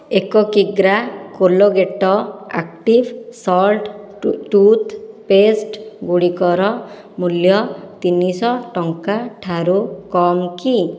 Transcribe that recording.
ଏକ କିଗ୍ରା Colgate active salt ଟୁଥ୍ପେଷ୍ଟଗୁଡ଼ିକର ମୂଲ୍ୟ ତିନିଶହ ଟଙ୍କା ଠାରୁ କମ୍ କି